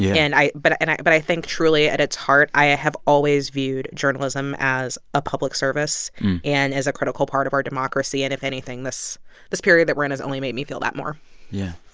yeah and but and i but i think truly at its heart i ah have always viewed journalism as a public service and as a critical part of our democracy. and if anything, this this period that we're in has only made me feel that more yeah.